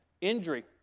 injury